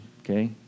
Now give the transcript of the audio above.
okay